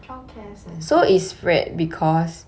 childcare centre